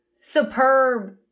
superb